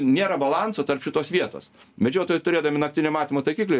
nėra balanso tarp šitos vietos medžiotojai turėdami naktinio matymo taikiklį